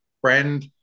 friend